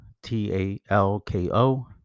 T-A-L-K-O